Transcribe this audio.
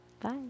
bye